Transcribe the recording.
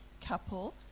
couple